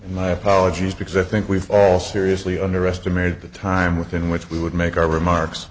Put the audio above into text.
c my apologies because i think we've all seriously underestimated the time within which we would make our remarks